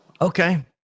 Okay